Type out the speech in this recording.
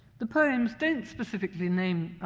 the poems don't specifically name.